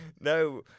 No